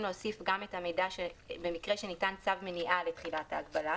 להוסיף גם את המידע במקרה שניתן צו מניעה לתחילת ההגבלה,